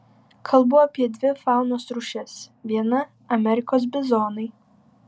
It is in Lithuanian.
kalbu apie dvi faunos rūšis viena amerikos bizonai